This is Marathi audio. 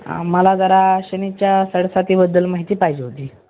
मला जरा शनीच्या साडेसातीबद्दल माहिती पाहिजे होती